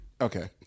Okay